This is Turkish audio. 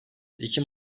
ekim